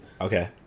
Okay